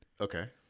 Okay